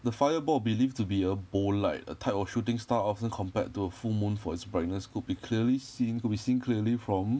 the fireball believed to be a bowl like a type of shooting star often compared to a full moon for its brightness could be clearly seen could be seen clearly from